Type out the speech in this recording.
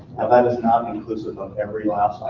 and that is not inclusive of every last